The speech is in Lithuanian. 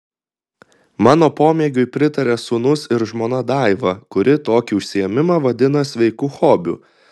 mano pomėgiui pritaria sūnus ir žmona daiva kuri tokį užsiėmimą vadina sveiku hobiu